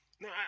No